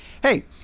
Hey